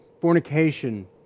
fornication